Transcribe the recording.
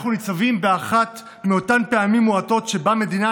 אנחנו ניצבים באחת מאותן פעמים מועטות שבה המדינה